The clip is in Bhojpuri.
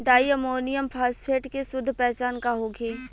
डाइ अमोनियम फास्फेट के शुद्ध पहचान का होखे?